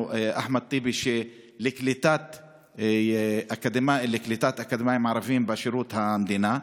אחמד טיבי לקליטת אקדמאים ערבים בשירות המדינה.